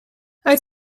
uit